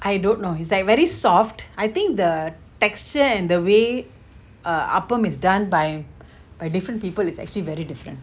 I don't know it's like very soft I think the texture and the way err appam is done by different people is actually very different